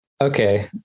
Okay